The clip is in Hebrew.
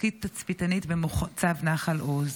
לתפקיד תצפיתנית במוצב נחל עוז.